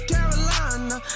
Carolina